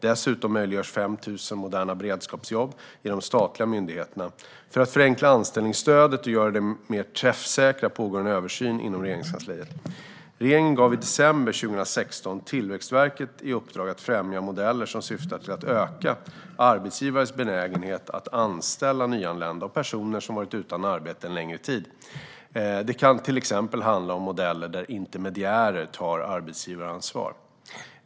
Dessutom möjliggörs 5 000 moderna beredskapsjobb i de statliga myndigheterna. För att förenkla anställningsstöden och göra dem mer träffsäkra pågår en översyn inom Regeringskansliet. Regeringen gav i december 2016 Tillväxtverket i uppdrag att främja modeller som syftar till att öka arbetsgivares benägenhet att anställa nyanlända och personer som varit utan arbete en längre tid. Det kan till exempel handla om modeller där intermediärer tar arbetsgivaransvar.